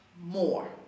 more